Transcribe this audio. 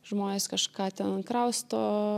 žmonės kažką ten krausto